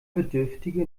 bedürftige